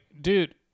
dude